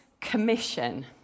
Commission